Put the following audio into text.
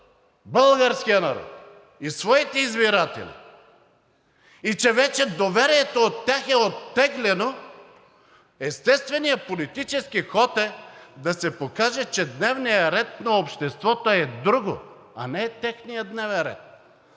българския народ и своите избиратели и че вече доверието от тях е оттеглено. Естественият политически ход е да се покаже, че дневният ред на обществото е друг, а не техният дневен ред.